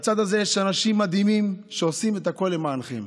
בצד הזה יש אנשים מדהימים שעושים את הכול למענכם,